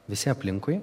visi aplinkui